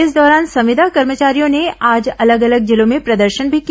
इस दौरान संविदा कर्मचारियों ने आज अलग अलग जिलों में प्रदर्शन भी किया